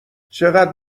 چقد